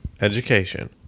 education